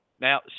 Now